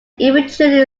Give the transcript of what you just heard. eventually